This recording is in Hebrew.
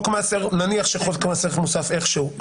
נניח שחוק מס ערך מוסף איכשהו.